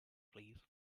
please